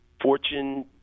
fortune